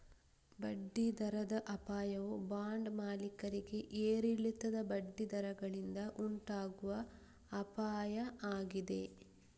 ಬಡ್ಡಿ ದರದ ಅಪಾಯವು ಬಾಂಡ್ ಮಾಲೀಕರಿಗೆ ಏರಿಳಿತದ ಬಡ್ಡಿ ದರಗಳಿಂದ ಉಂಟಾಗುವ ಅಪಾಯ ಆಗಿದೆ